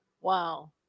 Wow